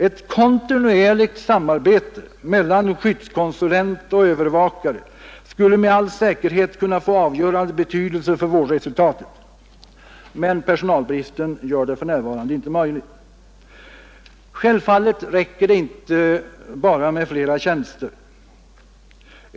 Ett kontinuerligt samarbete mellan skyddskonsulent och övervakare skulle med all säkerhet kunna få avgörande betydelse för vårdresultatet, men personalbristen gör det för närvarande inte möjligt. Självfallet räcker det inte bara med flera tjänster.